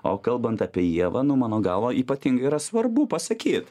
o kalbant apie ievą nu mano galva ypatingai yra svarbu pasakyt